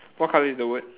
what colour is the word